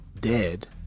dead